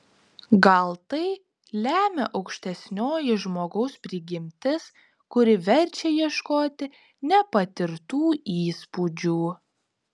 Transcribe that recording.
gal tai lemia aukštesnioji žmogaus prigimtis kuri verčia ieškoti nepatirtų įspūdžių